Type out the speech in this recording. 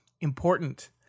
important